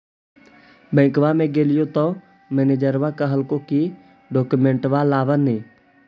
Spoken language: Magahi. बैंकवा मे गेलिओ तौ मैनेजरवा कहलको कि डोकमेनटवा लाव ने?